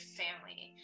family